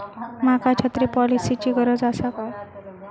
माका छत्री पॉलिसिची गरज आसा काय?